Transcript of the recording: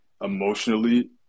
emotionally